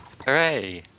Hooray